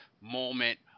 moment